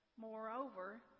Moreover